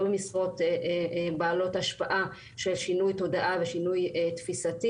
לא במשרות בעלות השפעה של שינוי תודעה ושינוי תפיסתי.